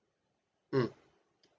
mm